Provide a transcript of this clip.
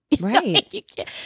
Right